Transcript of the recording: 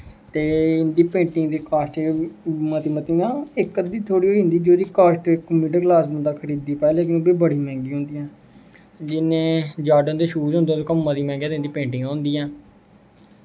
ते इं'दी पेंटिंग दी कॉस्ट मती मतियां इक अद्धी थोह्ड़ी होंदी जेह्ड़ी कॉस्ट मिडिल क्लॉस बंदा खरीदी पा लेकिन इं'दी बड़ी मैहंगी होंदी ऐं जि'यां जार्डन दे शूज़ होंदे जेह्के मती मैहंगी ते इं'दी पेंटिंग होंदी ऐ